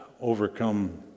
overcome